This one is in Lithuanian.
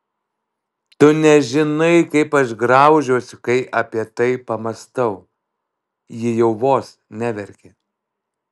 tu nežinai kaip aš graužiuosi kai apie tai pamąstau ji jau vos neverkė